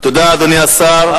תודה, אדוני השר.